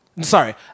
Sorry